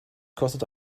kostet